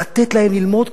לתת להם ללמוד,